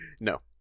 No